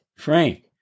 Frank